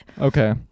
Okay